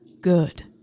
good